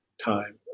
time